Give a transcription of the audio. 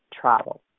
travel